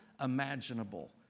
imaginable